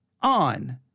on